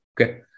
Okay